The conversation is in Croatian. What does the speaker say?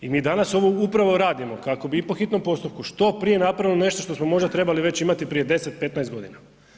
I mi danas ovu upravo radimo, kako bi po hitnom postupku što prije napravili nešto što smo možda trebali već imati prije 10, 15 godina.